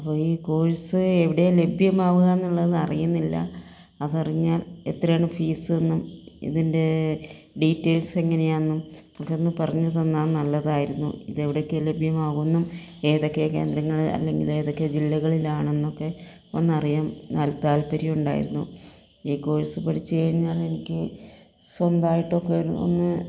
അപ്പോൾ ഈ കോഴ്സ് എവിടെയാ ലഭ്യമാവുക എന്നുള്ളത് എന്ന് അറിയുന്നില്ല അതറിഞ്ഞാൽ എത്രയാണ് ഫീസ് എന്നും ഇതിൻ്റെ ഡീറ്റെയിൽസ് എങ്ങനെയാണെന്നും ഒക്കെ ഒന്ന് പറഞ്ഞുതന്നാൽ നല്ലതായിരുന്നു ഇത് എവിടൊക്കെ ലഭ്യമാവും എന്നും ഏതൊക്കെ കേന്ദ്രങ്ങൾ അല്ലെങ്കിൽ ഏതൊക്കെ ജില്ലകളിലാണെന്നൊക്കെ ഒന്നറിയാൻ താല്പര്യം ഉണ്ടായിരുന്നു ഈ കോഴ്സ് പഠിച്ച് കഴിഞ്ഞാൽ എനിക്ക് സ്വന്തമായിട്ടൊക്കെ ഒന്ന്